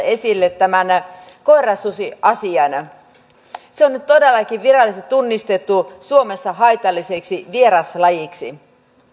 esille tämän koirasusiasian se on nyt todellakin virallisesti tunnistettu suomessa haitalliseksi vieraslajiksi